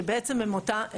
שבעצם הם אותה,